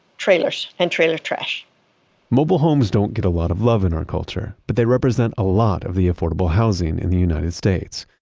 trailers, and trailer trash mobile homes don't get a lot of love in our culture, but they represent a lot of the affordable housing in the united states.